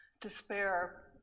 despair